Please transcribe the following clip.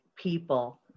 people